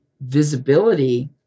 visibility